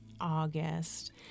August